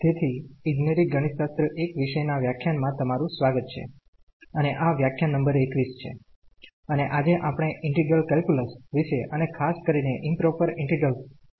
તેથી ઈજનેરી ગણિતશાસ્ત્ર I વિષયનાં વ્યાખ્યાનમાં તમારું સ્વાગત છે અને આ વ્યાખ્યાન નંબર 21 છે અને આજેઆપણે ઇન્ટિગ્રલ કેલ્ક્યુલસ વિશે અને ખાસ કરીને ઈમપ્રોપર ઇન્ટિગ્રેલ્સ વિશે વાત કરીશું